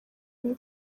imwe